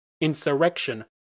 insurrection